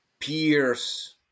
peers